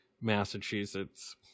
Massachusetts